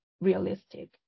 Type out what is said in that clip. realistic